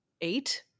eight